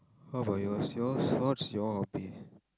how about yours yours what is your hobby